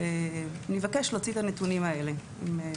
אני אבקש להוציא את הנתונים האלה.